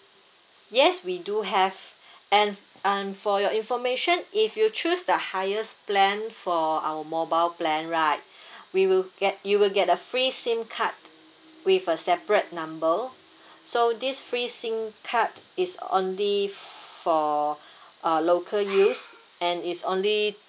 yes we do have and um for your information if you choose the highest plan for our mobile plan right we will get you will get a free S_I_M card with a separate number so this free S_I_M card is only for uh local use and is only